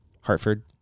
Hartford